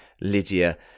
Lydia